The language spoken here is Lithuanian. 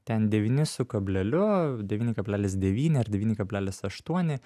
ten devyni su kableliu devyni kablelis devyni ar devyni kablelis aštuoni